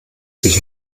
sich